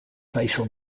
facial